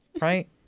right